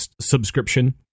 subscription